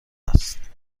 است